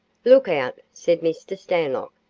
look out, said mr. stanlock.